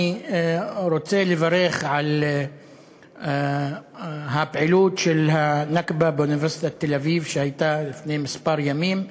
אני רוצה לברך על הפעילות של הנכבה באוניברסיטת תל-אביב לפני כמה ימים,